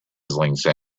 sound